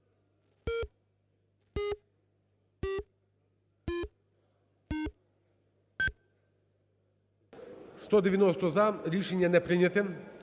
Рішення не прийнято.